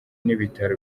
n’ibitaro